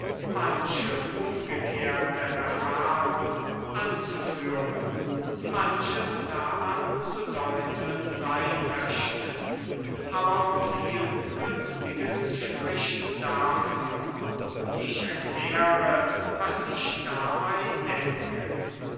manche umgekehrte erfahrung anzuführen manches daran zu deuteln sein möchte aber auch viel günstiges spricht dafür und ich erkläre was ich dabei denke